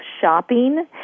shopping